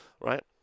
right